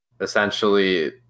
essentially